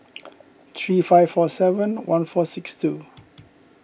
three five four seven one four six two